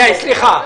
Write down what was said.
סליחה,